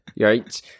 Right